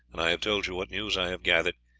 and i have told you what news i have gathered,